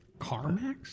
CarMax